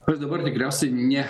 aš dabar tikriausiai ne